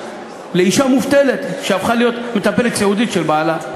לאישה מובטלת שהפכה להיות מטפלת סיעודית של בעלה.